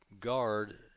guard